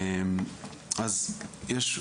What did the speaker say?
אז יש,